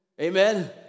Amen